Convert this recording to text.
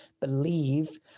believe